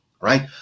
right